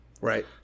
right